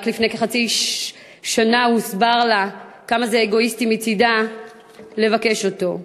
רק לפני כחצי שנה הוסבר לה כמה זה אגואיסטי מצדה לבקש אותו.